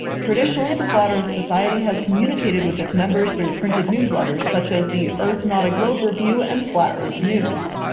traditionally, the flat earth society has communicated with its members through printed newsletters such as the earth not a globe review and flat earth news.